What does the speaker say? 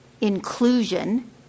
inclusion